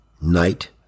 Night